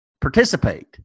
participate